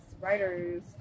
writers